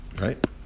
right